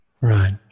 Right